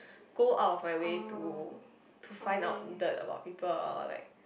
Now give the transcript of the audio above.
go out of my way to to find out that about people or like